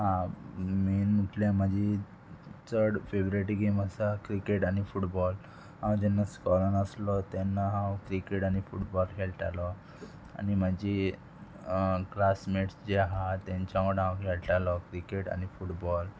main म्हटल्यार म्हाजी चड फेवरेट गेम आसा क्रिकेट आनी फुटबॉल हांव जेन्ना स्कॉलान आसलो तेन्ना हांव क्रिकेट आनी फुटबॉल खेळटालो आनी म्हाजी क्लासमेट्स जे आहा तेंच्या वांगडा हांव खेळटालो क्रिकेट आनी फुटबॉल